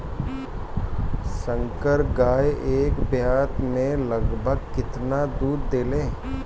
संकर गाय एक ब्यात में लगभग केतना दूध देले?